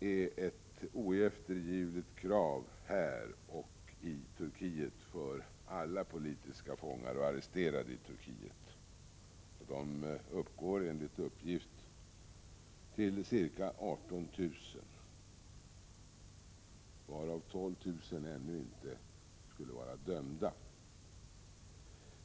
är ett oeftergivligt krav för oss här och för alla politiska fångar och arresterade i Turkiet — de uppgår enligt uppgift till ca 18 000, varav 12 000 ännu inte lär vara dömda.